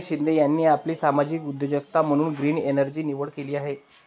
हरीश शिंदे यांनी आपली सामाजिक उद्योजकता म्हणून ग्रीन एनर्जीची निवड केली आहे